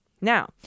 Now